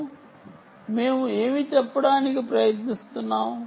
కాబట్టి మేము ఏమి చెప్పడానికి ప్రయత్నిస్తున్నాము